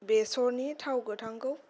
बेसरनि थाव गोथांखौ